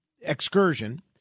excursion